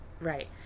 right